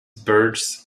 birds